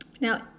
Now